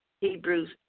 Hebrews